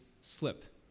slip